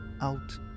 out